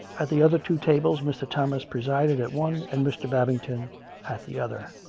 at the other two tables mr. thomas presided at one and mr. babington at the other.